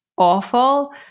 awful